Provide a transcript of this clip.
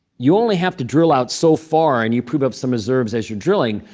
you only have to drill out so far. and you prove up some reserves as you're drilling.